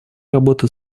работе